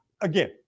again